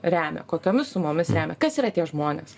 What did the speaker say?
remia kokiomis sumomis remia kas yra tie žmonės